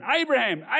Abraham